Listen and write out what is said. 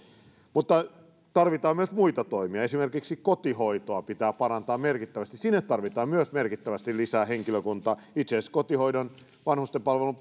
mutta tarvitaan myös muita toimia esimerkiksi kotihoitoa pitää parantaa merkittävästi sinne tarvitaan myös merkittävästi lisää henkilökuntaa itse asiassa kotihoidon vanhustenpalvelun